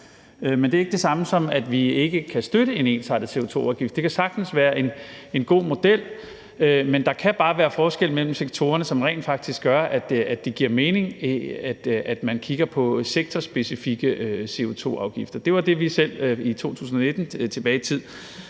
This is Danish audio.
Men det er ikke det samme som, at vi ikke kan støtte en ensartet CO2-afgift. Det kan sagtens være en god model. Men der kan bare være forskelle mellem sektorerne, som rent faktisk gør, at det giver mening, at man kigger på sektorspecifikke CO2-afgifter. Det var det, som vi selv tilbage i 2019